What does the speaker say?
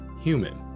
human